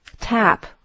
tap